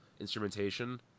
instrumentation